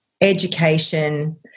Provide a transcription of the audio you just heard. education